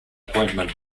appointment